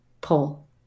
pull